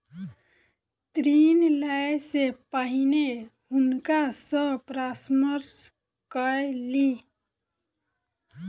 ऋण लै से पहिने हुनका सॅ परामर्श कय लिअ